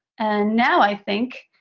and now, i think.